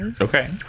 Okay